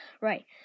Right